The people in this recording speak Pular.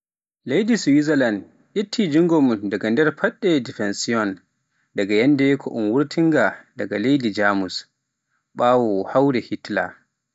Leydi Swizalan itti junngo mun daga nder fadde defansiyon, daga yannde ko un wurtinga daga leydi Jamus, ɓawo hawre Hitler.